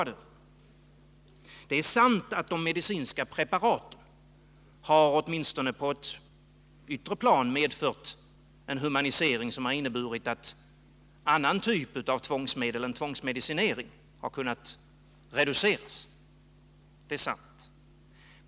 Det är sant att de medicinska preparaten åtminstone på ett yttre plan har medfört en humanisering, att annan typ av tvångsmedel än tvångsmedicinering har kunnat reduceras.